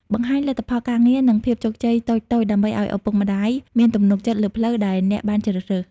បង្ហាញលទ្ធផលការងារ និងភាពជោគជ័យតូចៗ ដើម្បីឱ្យឪពុកម្តាយមានទំនុកចិត្តលើផ្លូវដែលអ្នកបានជ្រើសរើស។